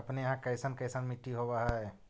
अपने यहाँ कैसन कैसन मिट्टी होब है?